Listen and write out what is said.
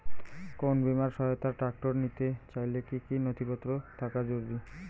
কোন বিমার সহায়তায় ট্রাক্টর নিতে চাইলে কী কী নথিপত্র থাকা জরুরি?